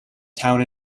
town